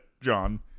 John